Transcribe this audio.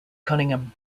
cunningham